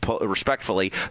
respectfully